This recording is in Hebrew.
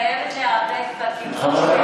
מתחייבת להיאבק בכיבוש,